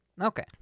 Okay